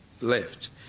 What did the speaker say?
left